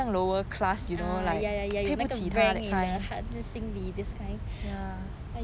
ah ya ya ya 有那个 rank in the heart 心里 this kind